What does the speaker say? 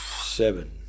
seven